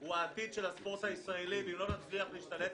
הוא העתיד של הספורט הישראלי ואם לא נצליח להשתלט